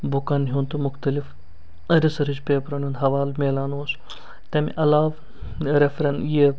بُکَن ہیٛونٛد تہِ مُختلِف ٲں رِسٲرٕچ پیپرَن ہیٛونٛد حوالہٕ میلان اوس تَمہِ علاوٕ یہِ